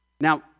Now